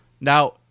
Now